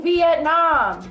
Vietnam